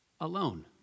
alone